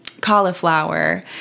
cauliflower